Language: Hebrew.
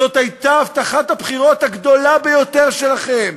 זאת הייתה הבטחת הבחירות הגדולה ביותר שלכם,